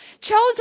chosen